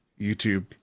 YouTube